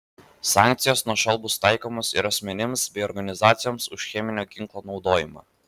sankcijos nuo šiol bus taikomos ir asmenims bei organizacijoms už cheminio ginklo naudojimą